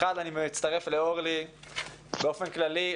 ראשית, אני מצטרף לאורלי באופן כללי.